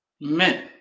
Men